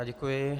Děkuji.